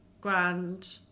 grand